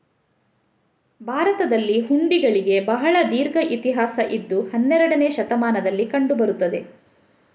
ಭಾರತದಲ್ಲಿ ಹುಂಡಿಗಳಿಗೆ ಬಹಳ ದೀರ್ಘ ಇತಿಹಾಸ ಇದ್ದು ಹನ್ನೆರಡನೇ ಶತಮಾನದಲ್ಲಿ ಕಂಡು ಬರುತ್ತದೆ